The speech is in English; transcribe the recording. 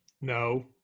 No